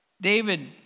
David